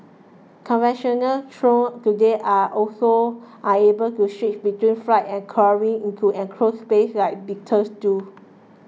conventional drones today are also unable to switch between flight and crawling into enclosed spaces like beetles do